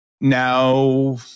Now